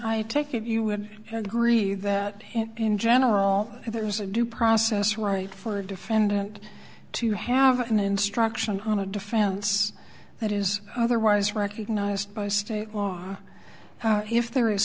i take it you would agree that in general there is a due process right for a defendant to have an instruction on a defense that is otherwise recognized by state law if there is